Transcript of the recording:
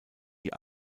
die